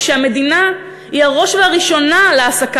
כשהמדינה היא הראש והראשונה להעסקה